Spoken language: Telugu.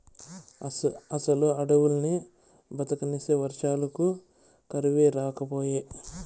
అసలు అడవుల్ని బతకనిస్తే వర్షాలకు కరువే రాకపాయే